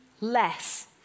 less